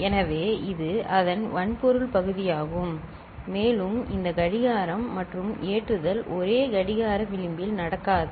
எனவே இது அதன் வன்பொருள் பகுதியாகும் மேலும் இந்த கடிகாரம் மற்றும் ஏற்றுதல் ஒரே கடிகார விளிம்பில் நடக்காது